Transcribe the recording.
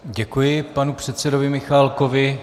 Děkuji panu předsedovi Michálkovi.